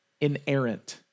inerrant